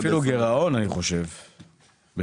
אני חושב שאפילו גירעון.